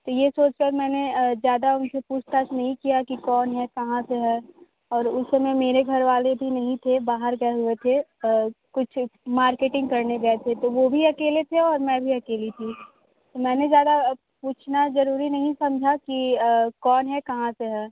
तो ये सोचकर मैंने ज़्यादा उनसे पूछताछ नहीं किया कि कौन है कहाँ से हैं और उस समय मेरे घर वाले भी नहीं थे बाहर गए हुए थे कुछ मार्केटिंग करने गए थे तो वो भी अकेले थे और मैं भी अकेली थी मैंने ज़्यादा पूछना जरूरी नहीं समझा कि कौन है कहाँ से हैं